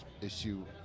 issue